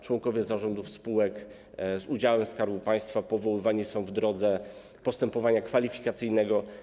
Członkowie zarządów spółek z udziałem Skarbu Państwa powoływani są w drodze postępowania kwalifikacyjnego.